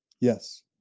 yes